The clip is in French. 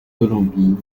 colombie